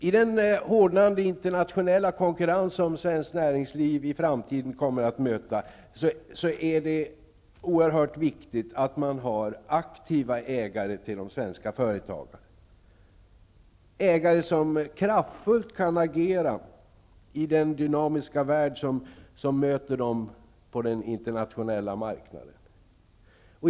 I den hårdnande internationella konkurrens som svenskt näringsliv i framtiden kommer att möta är det oerhört viktigt med aktiva ägare till de svenska företagen. Det skall vara ägare som kan agera kraftfullt i den dynamiska värld som möter dem på den internationella marknaden.